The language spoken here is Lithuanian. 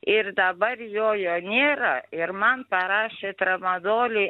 ir dabar jo jo nėra ir man parašė tramadolį